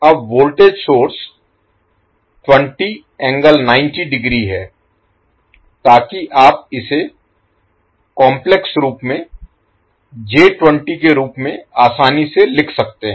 अब voltage source 20∠90 ° है ताकि आप इसे काम्प्लेक्स रूप में j20 के रूप में आसानी से लिख सकते हैं